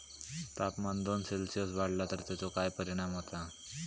तापमान दोन सेल्सिअस वाढला तर तेचो काय परिणाम होता?